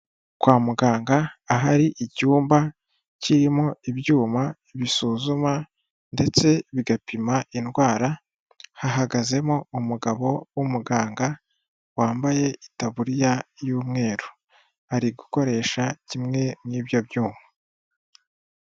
Kwa muganga ahari icyumba kirimo ibyuma bisuzuma ndetse bigapima indwara, hahagazemo umugabo w'umuganga wambaye itaburiya y'umweru, ari gukoresha kimwe muri ibyo byuma.